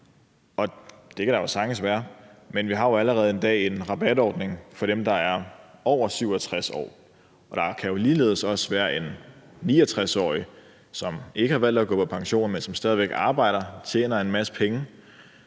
Det kan der jo sagtens være, men vi har allerede i dag en rabatordning for dem, der er over 67 år, og der kan jo ligeledes være en 69-årig, som ikke har valgt at gå på pension, men som stadig væk arbejder og tjener en masse penge.